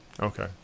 Okay